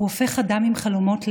הוא הופך אדם עם חלומות לאבק.